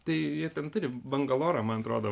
tai jie ten turi bangalorą man atrodo